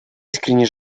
искренне